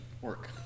Work